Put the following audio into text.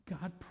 God